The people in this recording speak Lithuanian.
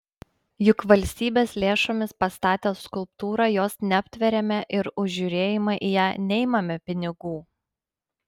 juk valstybės lėšomis pastatę skulptūrą jos neaptveriame ir už žiūrėjimą į ją neimame pinigų